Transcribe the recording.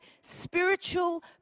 spiritual